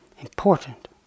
important